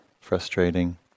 frustrating